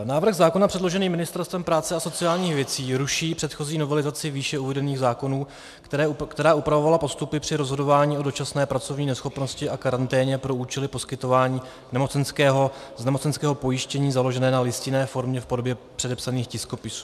Návrh zákona předložený Ministerstvem práce a sociálních věcí ruší předchozí novelizaci výše uvedených zákonů, která upravovala postupy při rozhodování o dočasné pracovní neschopnosti a karanténě pro účely poskytování nemocenského z nemocenského pojištění založené na listinné formě v podobě předepsaných tiskopisů.